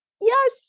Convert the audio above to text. yes